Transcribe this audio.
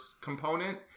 component